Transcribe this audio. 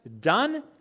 done